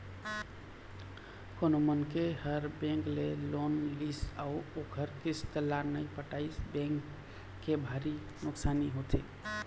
कोनो मनखे ह बेंक ले लोन लिस अउ ओखर किस्त ल नइ पटइस त बेंक के भारी नुकसानी होथे